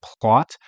plot